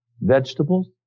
Vegetables